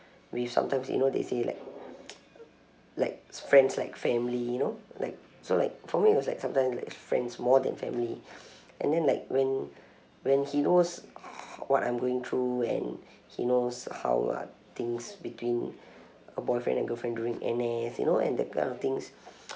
with sometimes you know they say like like friends like family you know like so like for me it was like sometimes like friends more than family and then like when when he knows what I'm going through and he knows how are things between a boyfriend and girlfriend during N_S you know and that kind of things